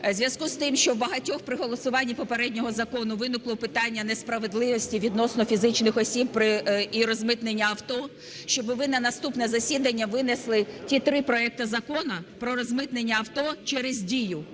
зв'язку з тим, що в багатьох при голосуванні попереднього закону виникло питання несправедливості відносно фізичних осіб і розмитнення авто, щоб ви на наступне засідання винесли ті три проекти закону про розмитнення авто через Дію.